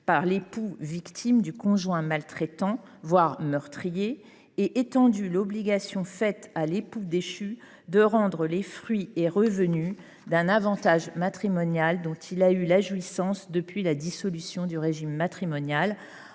par l’époux victime du conjoint maltraitant, voire meurtrier, et étendu l’obligation faite à l’époux déchu de rendre les fruits et revenus d’un avantage matrimonial dont il a eu la jouissance depuis la dissolution du régime matrimonial